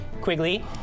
Quigley